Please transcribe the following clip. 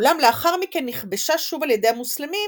אולם לאחר מכן נכבשה שוב על ידי המוסלמים,